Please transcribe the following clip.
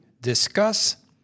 discuss